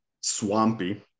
swampy